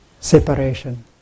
separation